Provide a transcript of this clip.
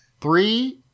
Three